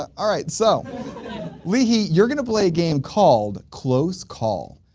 ah alright so leehee you're gonna play a game called, close call,